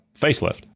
facelift